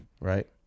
right